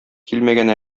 килмәгән